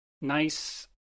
nice